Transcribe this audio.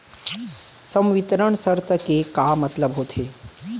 संवितरण शर्त के का मतलब होथे?